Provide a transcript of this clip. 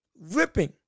ripping